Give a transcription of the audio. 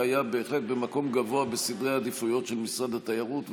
היה בהחלט במקום גבוה בסדר העדיפויות של משרד התיירות.